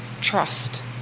trust